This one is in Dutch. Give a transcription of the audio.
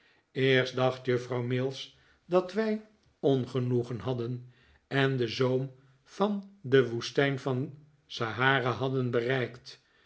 eerst dacht juffrouw mills dat wij ongenoegen hadden en den zoom van de woestijn van sahara hadden bereikt